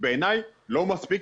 בעיניי לא מספיק,